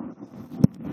רבע